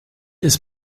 ist